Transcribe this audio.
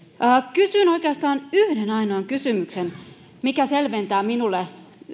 kysyn ministeriltä oikeastaan yhden ainoan kysymyksen mikä selventää minulle